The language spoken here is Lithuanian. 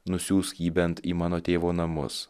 nusiųsk jį bent į mano tėvo namus